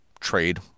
trade